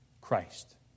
Christ